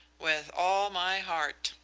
with all my heart,